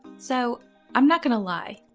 so i'm not going to lie,